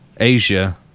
Asia